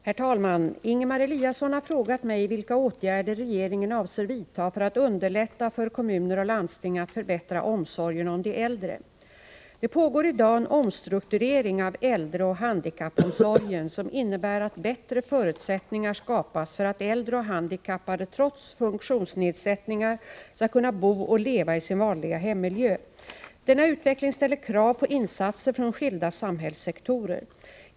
Herr talman! Ingemar Eliasson har frågat mig vilka åtgärder regeringen avser vidta för att underlätta för kommuner och landsting att förbättra omsorgen om de äldre. Det pågår i dag en omstrukturering av äldreoch handikappomsorgen som innebär att bättre förutsättningar skapas för att äldre och handikappade trots funktionsnedsättningar skall kunna bo och leva i sin vanliga hemmiljö. Denna utveckling ställer krav på insatser från skilda samhällssektorer.